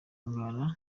ngara